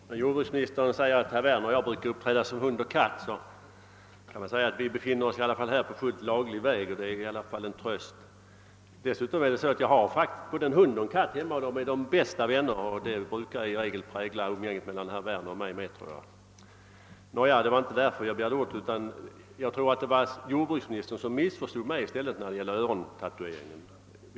Herr talman! Jordbruksministern säger att herr Werner och jag brukar uppträda som hund och katt, men vi befinner oss i alla fall här på fullt laglig väg och det är alltid en tröst. För övrigt har jag faktiskt både en hund och en katt hemma, och de är de bästa vänner. Samma vänskaplighet präglar i regel umgänget mellan herr Werner och mig. Jag tror att det var jordbruksministern som missförstod mig i fråga om örontatueringen.